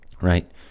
right